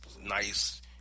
nice